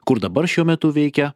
kur dabar šiuo metu veikia